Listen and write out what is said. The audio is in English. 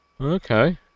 Okay